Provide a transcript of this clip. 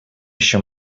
еще